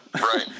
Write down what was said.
Right